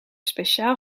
speciaal